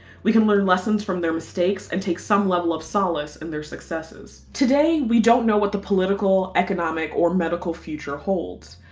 we can learn lessons from their mistakes and take some level of solace in their successes. today we don't know what the political, economic or medical future holds.